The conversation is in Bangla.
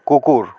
কুকুর